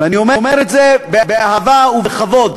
אני אומר את זה בהערכה ובכבוד,